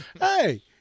Hey